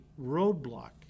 roadblock